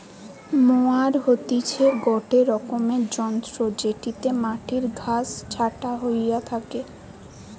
mower হতিছে গটে রকমের যন্ত্র জেটিতে মাটির ঘাস ছাটা হইয়া থাকে